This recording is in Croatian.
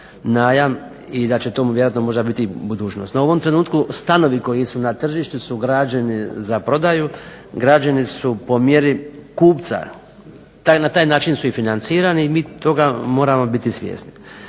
najam i da će to vjerojatno biti u budućnosti. No u ovom trenutku stanovi koji nisu na tržištu su građeni za prodaju, građeni su po mjeri kupca. Na taj način su i financirani i mi toga moramo biti svjesni.